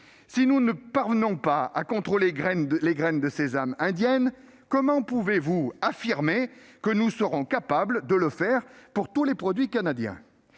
Si nous ne parvenons pas à contrôler les graines de sésame indiennes, comment pouvez-vous affirmer, monsieur le ministre, que nous serons capables de le faire pour tous les produits canadiens ?